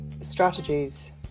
strategies